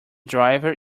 driver